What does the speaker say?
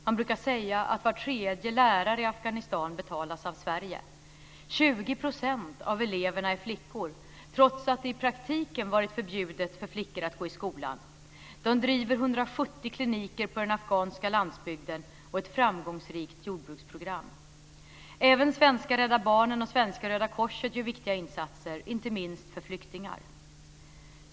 Man brukar säga att var tredje lärare i Afghanistan betalas av Sverige. 20 % av eleverna är flickor, trots att det i praktiken varit förbjudet för flickor att gå i skolan. De driver 140 kliniker på den afghanska landsbygden och ett framgångsrikt jordbruksprogram. Korset gör viktiga insatser, inte minst för flyktingar.